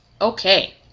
Okay